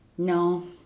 No